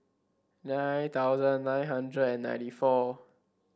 nine thousand nine hundred and ninety four